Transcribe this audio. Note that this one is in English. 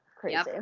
Crazy